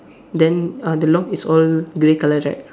then uh the lock is all grey colour right